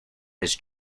his